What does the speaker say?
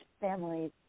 families